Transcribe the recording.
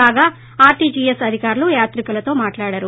కాగా ఆర్టీజీఎస్ అధికారులు యాత్రికులతో మాట్లాడారు